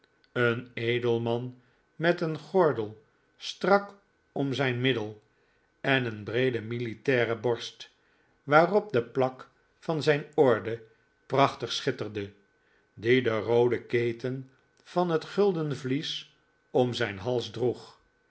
een edelman met een gordel strak om zijn middel en een breede militaire borst waarop de plaque van zijn orde prachtig schitterde die de roode keten van het gulden vlies om zijn hals droeg